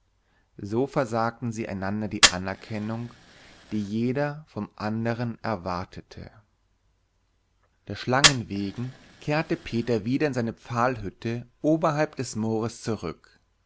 so versagten sie einander die anerkennung die jeder vom andern erwartete der schlangen wegen kehrte peter wieder in seine pfahlhütte oberhalb des moores zurück